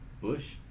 Bush